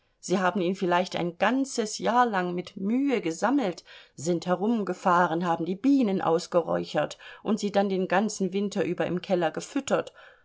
sie haben ihn vielleicht ein ganzes jahr lang mit mühe gesammelt sind herumgefahren haben die bienen ausgeräuchert und sie dann den ganzen winter über im keller gefüttert